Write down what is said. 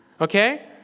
okay